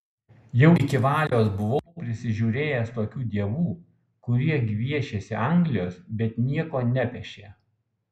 jau iki valios buvau prisižiūrėjęs tokių dievų kurie gviešėsi anglijos bet nieko nepešė